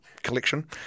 collection